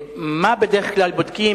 מה בדרך כלל בודקים?